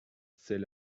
c’est